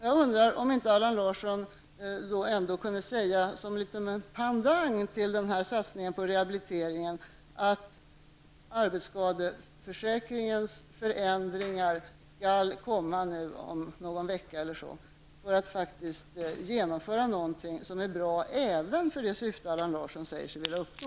Jag undrar om inte Allan Larsson som en pendang till satsningen på rehabiliteringen kunde säga att förslag till förändringar i arbetsskadeförsäkringen skall komma om någon vecka eller så. Det skulle vara för att genomföra något som är bra även för de syften som Allan Larsson säger sig vilja uppnå.